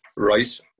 Right